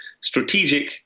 strategic